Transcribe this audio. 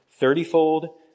thirtyfold